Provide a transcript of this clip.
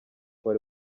wari